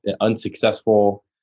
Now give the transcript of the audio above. unsuccessful